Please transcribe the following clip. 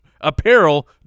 apparel